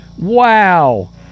Wow